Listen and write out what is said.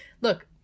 look